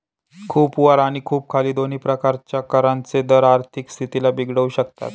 खूप वर आणि खूप खाली दोन्ही प्रकारचे करांचे दर आर्थिक स्थितीला बिघडवू शकतात